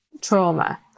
trauma